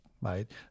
right